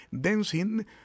dancing